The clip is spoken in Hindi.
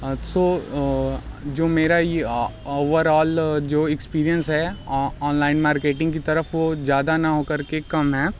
सो जो मेरा ये ओवरऑल जो एक्सपीरियंस है ऑनलाइन मार्केटिंग की तरफ़ वो ज़्यादा ना होकर के काम है